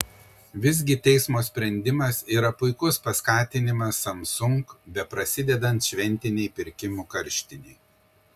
visgi teismo sprendimas yra puikus paskatinimas samsung beprasidedant šventinei pirkimų karštinei